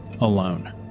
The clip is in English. alone